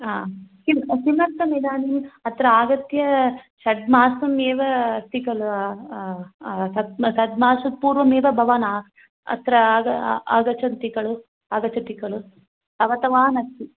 हा किं किमर्थमिदानीम् अत्र आगत्य षड् मासम् एव अस्ति खलु सद् षड्मासात् पूर्वमेव भवान् अत्र आग आगच्छन्ति खलु आगच्छति खलु आगतवानस्ति